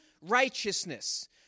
righteousness